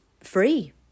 free